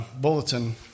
bulletin